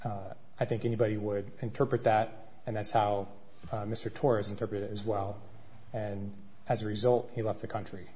i think anybody would interpret that and that's how mr torres interpret it as well and as a result he left the country